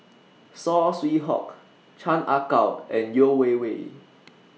Saw Swee Hock Chan Ah Kow and Yeo Wei Wei